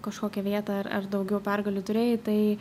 kažkokią vietą ar ar daugiau pergalių turėjai tai